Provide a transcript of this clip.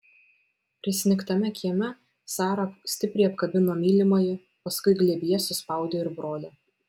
prisnigtame kieme sara stipriai apkabino mylimąjį paskui glėbyje suspaudė ir brolį